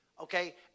okay